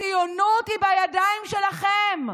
הציונות היא בידיים שלכם.